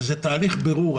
זה תהליך בירור.